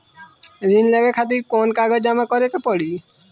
ऋण लेवे खातिर कौन कागज जमा करे के पड़ी?